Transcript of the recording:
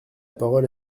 parole